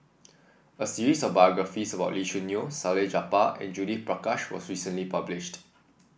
a series of biographies about Lee Choo Neo Salleh Japar and Judith Prakash was recently published